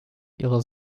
ihre